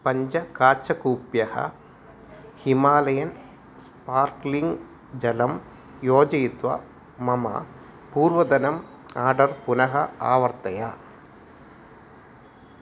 पञ्च काचकूप्यः Himalayan sparkling जलम् योजयित्वा मम पूर्वतनम् आडर् पुनः आवर्तय